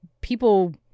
people